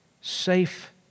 safe